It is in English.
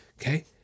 Okay